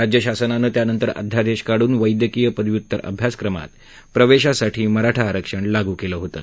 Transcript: राज्यशासनानं त्यानंतर अध्यादेश काढून वैद्यकीय पदव्युत्तर अभ्यासक्रमात प्रवेशासाठी मराठा आरक्षण लागू केलं होतं